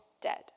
dead